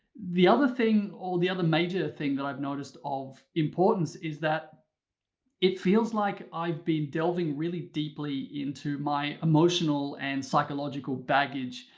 the other thing, or the other major thing that i've noticed of importance is that it feels like i've been delving really deeply into my emotional and psychological baggage.